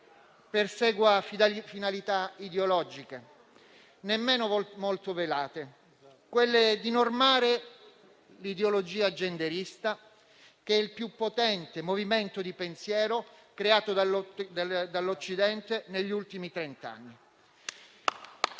persegua finalità ideologiche, nemmeno molto velate, quelle cioè di normare l'ideologia genderista, che è il più potente movimento di pensiero creato dall'Occidente negli ultimi trent'anni.